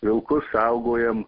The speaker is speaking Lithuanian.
vilkus saugojam